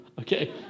okay